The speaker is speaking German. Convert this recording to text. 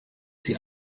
sie